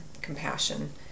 compassion